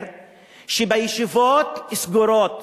שבישיבות סגורות